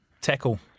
tackle